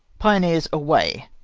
pioners, away!